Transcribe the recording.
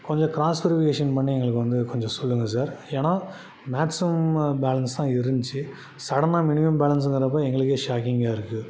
கொஞ்சம் cross verification பண்ணி எங்களுக்கு கொஞ்சம் சொல்லுங்கள் சார் ஏன்னா மேக்ஸிமம் பேலண்ஸ்தான் இருந்துச்சு சடனாக மினிமம் பேலண்ஸுங்கிறப்போ எங்களுக்கே ஷாக்கிங்காக இருக்கு